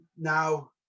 Now